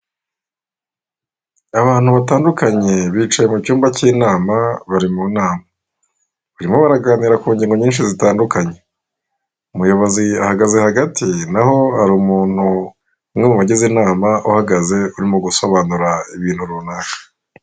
Abantu batandukanye bicaye mu cyumba cy'inama bari mu nama , barimo baraganira ku ngingo nyinshi zitandukanye umuyobozi ahagaze hagati naho hari umuntu umwe mu bagize inama uhagaze uri mu gusobanura ibintu runaka.